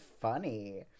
funny